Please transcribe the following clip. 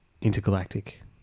Intergalactic